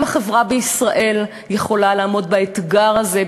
גם החברה בישראל יכולה לעמוד באתגר הזה,